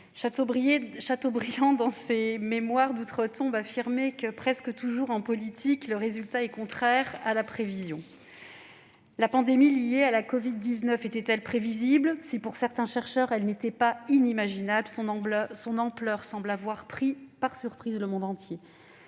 collègues, dans les, Chateaubriand affirmait que « presque toujours, en politique, le résultat est contraire à la prévision ». La pandémie liée à la covid-19 était-elle prévisible ? Si, pour certains chercheurs, elle n'était pas inimaginable, son ampleur semble avoir pris le monde entier